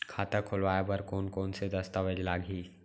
खाता खोलवाय बर कोन कोन से दस्तावेज लागही?